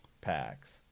packs